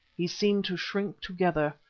he seemed to shrink together,